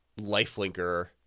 lifelinker